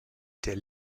der